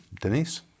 Denise